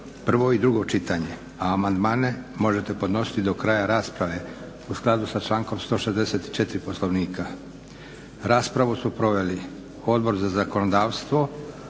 prvo i drugo čitanje. Amandmane možete podnositi do kraja rasprave, u skladu sa člankom 164. Poslovnika. Raspravu su proveli Odbor za zakonodavstvo,